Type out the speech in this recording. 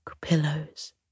pillows